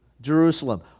Jerusalem